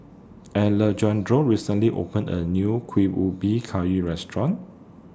Alejandro recently opened A New Kuih Ubi Kayu Restaurant